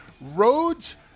roads